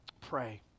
pray